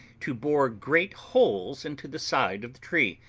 to bore great holes into the side of the tree,